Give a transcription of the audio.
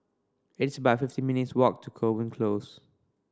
it's about fifteen minutes' walk to Kovan Close